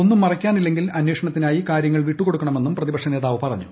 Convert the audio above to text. ഒന്നും മറയ്ക്കാനില്ലെങ്കിൽ അന്വേഷണത്തിനായി കാര്യങ്ങൾ വിട്ടുക്കൂാടുക്കണമെന്നും പ്രതിപക്ഷ നേതാവ് പറഞ്ഞു